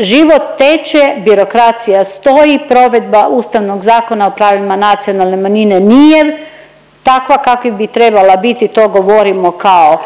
život teče, birokracija stoji, provedba Ustavnog zakona o pravima nacionalne manjine nije takva kakva bi trebala biti, to govorimo kao